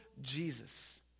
Jesus